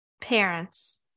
Parents